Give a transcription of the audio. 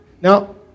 Now